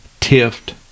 Tift